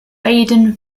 baden